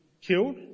killed